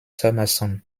summerson